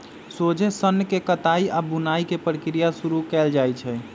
सोझे सन्न के कताई आऽ बुनाई के प्रक्रिया शुरू कएल जाइ छइ